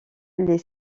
les